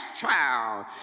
child